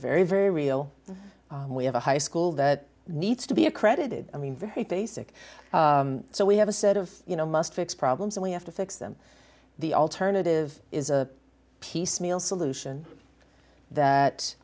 very very real and we have a high school that needs to be accredited i mean very basic so we have a set of you know must fix problems and we have to fix them the alternative is a piecemeal solution that